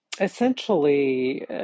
essentially